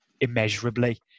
immeasurably